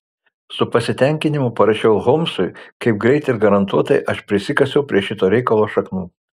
su pasitenkinimu parašiau holmsui kaip greit ir garantuotai aš prisikasiau prie šito reikalo šaknų